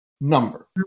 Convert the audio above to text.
Number